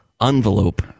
envelope